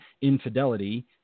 infidelity